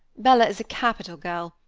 bella is a capital girl,